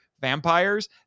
vampires